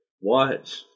watch